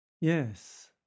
Yes